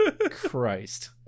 Christ